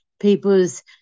people's